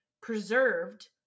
preserved